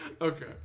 Okay